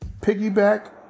piggyback